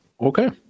Okay